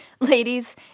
Ladies